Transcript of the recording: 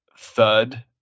Thud